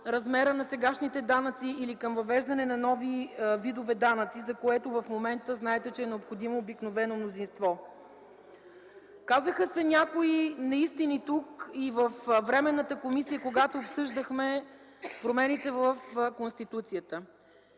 размера на сегашните данъци или към въвеждане на нови видове данъци, за което в момента знаете, че е необходимо обикновено мнозинство. Казаха се някои неистини тук и във Временната комисия, когато обсъждахме промените в Конституцията.